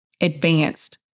advanced